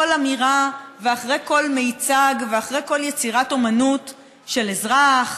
אמירה ואחרי כל מיצג ואחרי כל יצירת אומנות של אזרח,